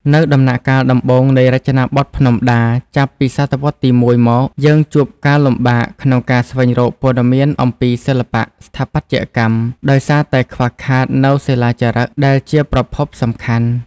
នៅដំណាក់កាលដំបូងនៃរចនាបថភ្នំដា ចាប់ពីសតវត្សរ៍ទី១ មក យើងជួបការលំបាកក្នុងការស្វែងរកព័ត៌មានអំពីសិល្បៈស្ថាបត្យកម្ម ដោយសារតែខ្វះខាតនូវសិលាចារឹកដែលជាប្រភពសំខាន់។